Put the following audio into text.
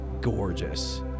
gorgeous